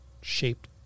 shaped